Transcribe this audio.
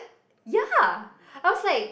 ya I was like